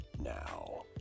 Now